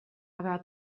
about